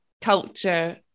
culture